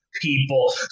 people